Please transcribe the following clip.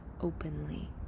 openly